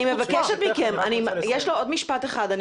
יש לו עוד משפט אחד.